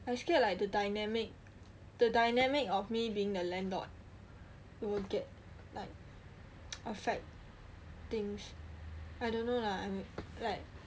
I scared like the dynamic the dynamic of me being the landlord it will get like affect things I don't know lah I mean like